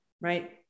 Right